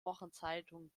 wochenzeitung